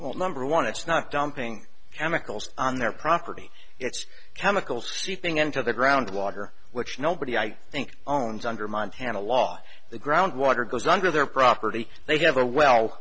well number one it's not dumping chemicals on their property it's chemicals seeping into the ground water which nobody i think owns under montana law the groundwater goes under their property they have a well